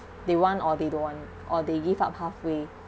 they want or they don't want or they give up halfway